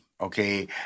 Okay